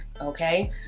okay